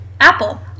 Apple